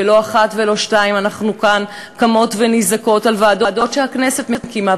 ולא אחת ולא שתיים אנחנו כאן קמות ונזעקות על ועדות שהכנסת מקימה,